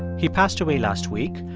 he passed away last week,